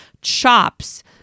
chops